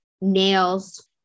nails